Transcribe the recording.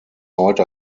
heute